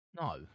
No